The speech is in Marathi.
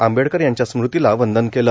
आंबेडकर यांच्या स्मृतीला वंदन केलं